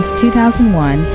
2001